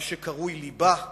מה שקרוי ליבה,